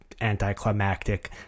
anticlimactic